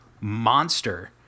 monster